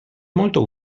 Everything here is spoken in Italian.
molto